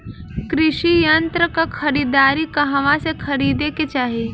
कृषि यंत्र क खरीदारी कहवा से खरीदे के चाही?